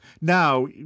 Now